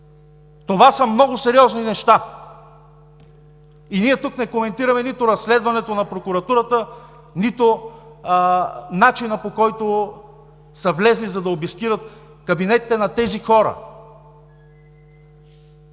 Това са много сериозни неща! И ние тук не коментираме нито разследването на прокуратурата, нито начина, по който са влезли, за да обискират кабинетите на тези хора.